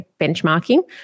benchmarking